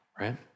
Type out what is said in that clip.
right